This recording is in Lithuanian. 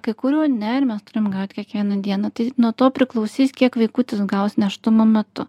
kai kurių ne ir mes turim gaut kiekvieną dieną tai nuo to priklausys kiek vaikutis gaus nėštumo metu